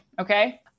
Okay